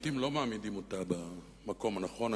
לעתים לא מעמידים אותן במקום הנכון,